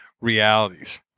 realities